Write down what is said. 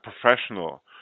professional